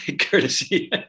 Courtesy